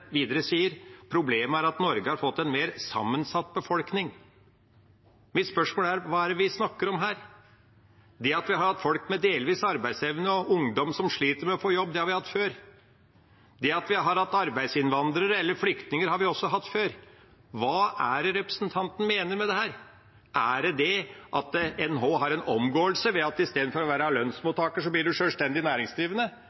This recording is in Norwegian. videre: Problemet er at Norge har fått en mer sammensatt befolkning. Mitt spørsmål er: Hva er det vi snakker om her? Det at vi har folk med delvis arbeidsevne og ungdom som sliter med å få jobb – det har vi hatt før. Det at vi har arbeidsinnvandrere eller flyktninger – det har vi også hatt før. Hva er det representanten mener med dette? Er det det at en nå har en omgåelse, at en nå istedenfor å være